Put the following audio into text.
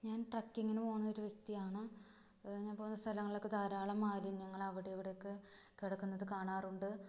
ഞാൻ ട്രക്കിങ്ങിന് പോവുന്നൊരു വ്യക്തിയാണ് ഞാൻ പോവുന്ന സ്ഥലങ്ങളിലൊക്കെ ധാരാളം മാലിന്യങ്ങൾ അവിടെ ഇവിടെയൊക്കെ കിടക്കുന്നത് കാണാറുണ്ട്